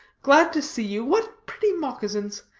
glad to see you. what pretty moccasins.